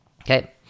okay